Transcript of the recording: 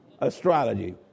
Astrology